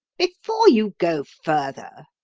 before you go further,